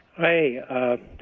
hi